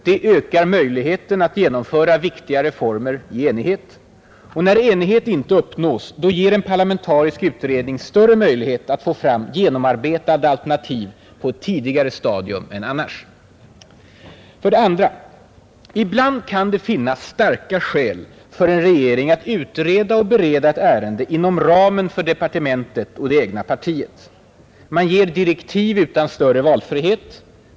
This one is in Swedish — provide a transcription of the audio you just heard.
Det ökar möjligheten att genomföra viktiga reformer i enighet. Och när enighet inte uppnås ger en parlamentarisk utredning större möjlighet att få fram genomarbetade alternativ på ett tidigare stadium än annars. För det andra: Ibland kan det finnas starka skäl för en regering att utreda och bereda ett ärende inom ramen för departementet och det egna partiet. Man ger direktiv utan större valfrihet.